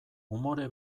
umore